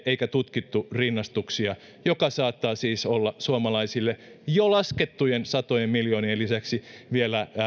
eikä tutkittu rinnastuksia jotka saattavat siis olla suomalaisille jo laskettujen satojen miljoonien lisäksi vielä